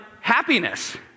happiness